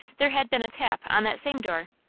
there had been a tap on that same door.